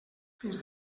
fins